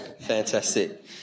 fantastic